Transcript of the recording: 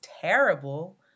terrible